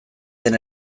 den